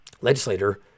legislator